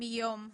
מיום הפרסום.